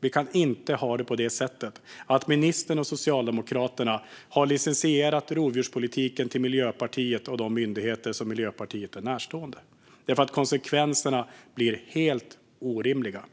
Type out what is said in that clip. Vi kan inte ha det på det sättet att ministern och Socialdemokraterna har licensierat rovdjurspolitiken till Miljöpartiet och de myndigheter som Miljöpartiet är närstående, för konsekvenserna blir helt orimliga.